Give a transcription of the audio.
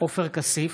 עופר כסיף,